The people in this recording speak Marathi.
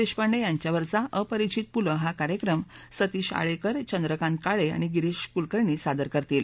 देशपार्टीयाच्यावरचा अपरिचित पुल हा कार्यक्रम सतीश आळेकर चक्कातीकाळे आणि गिरीश कुलकर्णी सादर करतील